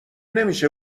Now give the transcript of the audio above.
نمیشه